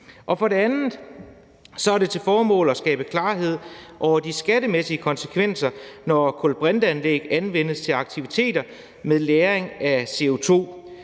For det andet har det til formål at skabe klarhed over de skattemæssige konsekvenser, når kulbrinteanlæg anvendes til aktiviteter med lagring af CO2.